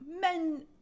men